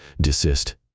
Desist